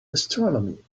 astronomy